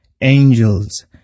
angels